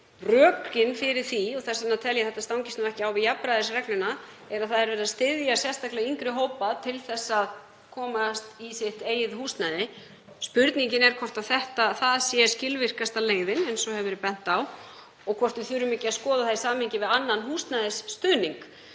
mismunandi. Þess vegna tel ég að þetta stangist ekki á við jafnræðisregluna því að verið er að styðja sérstaklega yngri hópa til að komast í sitt eigið húsnæði. Spurningin er hvort það sé skilvirkasta leiðin, eins og hefur verið bent á, og hvort við þurfum ekki að skoða það í samhengi við annan húsnæðisstuðning.